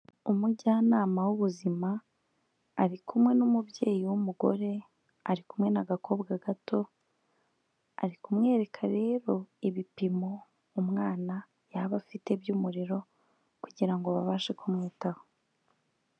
Umujyanama w'ubuzima ari kumwe n'umubyeyi w'umugore, ari kumwe n'agakobwa gato, ari kumwereka rero ibipimo umwana yaba afite by'umuriro kugira ngo babashe kumwitaho.